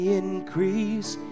increase